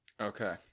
Okay